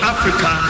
Africa